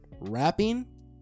rapping